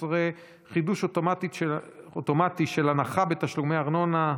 16) (חידוש אוטומטי של הנחה בתשלומי ארנונה),